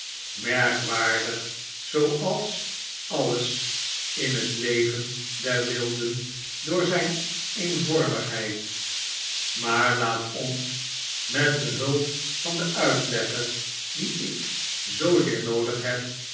merkwaardig zooals alles in het leven der wilden door zyn eenvormigheid maar laat ons met behulp van den uitlegger dien ik zoo zeer noodig heb